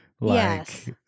Yes